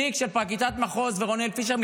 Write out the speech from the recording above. תיק של פרקליטת מחוז ורונאל פישר,